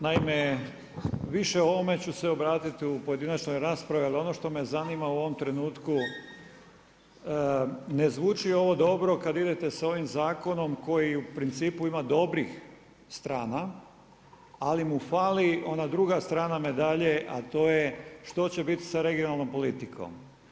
Naime, više o ovome ću se obratiti u pojedinačnoj raspravi, ali ono što me zanima u ovom trenutku ne zvuči ovo dobro kada idete s ovim zakonom koji u principu ima dobrih strana, ali mu fali ona druga strana medalje, a to je što će biti sa regionalnom politikom.